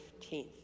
15th